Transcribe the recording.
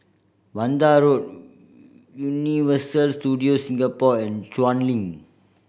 Vanda Road Universal Studios Singapore and Chuan Link